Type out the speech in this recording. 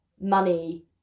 money